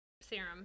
serum